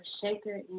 Shaker